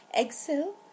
exhale